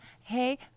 hey